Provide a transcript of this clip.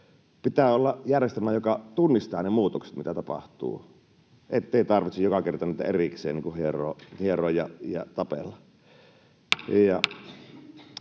Pitää olla järjestelmä, joka tunnistaa ne muutokset, mitä tapahtuu, ettei tarvitse joka kerta niitä erikseen hieroa ja tapella.